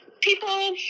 people